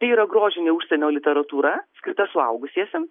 tai yra grožinė užsienio literatūra skirta suaugusiesiems